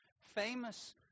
Famous